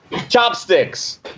chopsticks